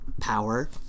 power